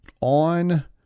on